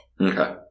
Okay